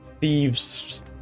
thieves